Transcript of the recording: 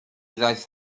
ddaeth